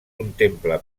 contempla